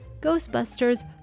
Ghostbusters